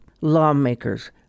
lawmakers